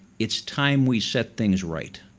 it's time we set things right,